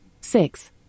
six